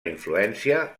influència